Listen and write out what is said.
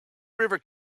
river